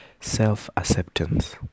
self-acceptance